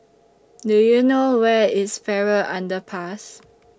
Do YOU know Where IS Farrer Underpass